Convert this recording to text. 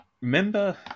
Remember